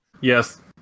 Yes